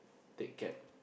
take cab